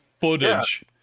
footage